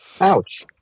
Ouch